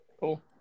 cool